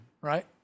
right